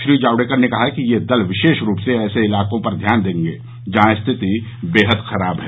श्री जावडेकर ने कहा कि ये दल विशेष रूप से ऐसे इलाकों पर ध्यान देंगे जहां स्थिति बेहद खराब है